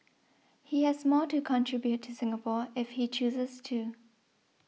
he has more to contribute to Singapore if he chooses to